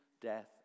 death